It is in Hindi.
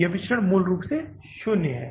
यह विचरण मूल रूप से शून्य है